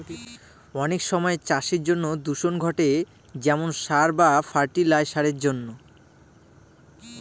অনেক সময় চাষের জন্য দূষণ ঘটে যেমন সার বা ফার্টি লাইসারের জন্য